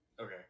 Okay